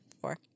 four